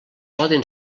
poden